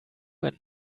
and